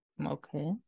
Okay